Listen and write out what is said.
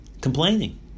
complaining